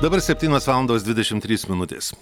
dabar septynios valandos dvidešimt trys minutės